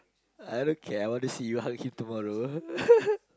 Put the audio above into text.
I don't care I want to see you hug him tomorrow